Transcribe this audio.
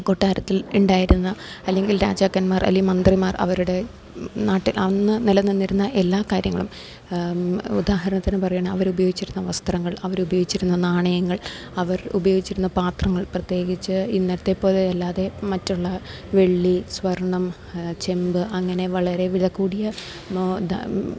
കൊട്ടാരത്തിൽ ഉണ്ടായിരുന്ന അല്ലെങ്കിൽ രാജാക്കന്മാർ അല്ലെങ്കിൽ മന്ത്രിമാർ അവരുടെ നാട്ടിൽ അന്ന് നിലനിന്നിരുന്ന എല്ലാ കാര്യങ്ങളും ഉദാഹരണത്തിന് പറയണ അവര് ഉപയോഗിച്ചിരുന്ന വസ്ത്രങ്ങൾ അവര് ഉപയോഗിച്ചിരുന്ന നാണയങ്ങൾ അവർ ഉപയോഗിച്ചിരുന്ന പാത്രങ്ങൾ പ്രത്യേകിച്ച് ഇന്നത്തെ പോലെ അല്ലാതെ മറ്റുള്ള വെള്ളി സ്വർണ്ണം ചെമ്പ് അങ്ങനെ വളരെ വില കൂടിയ നോ